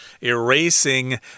erasing